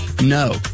No